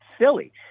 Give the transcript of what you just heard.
silly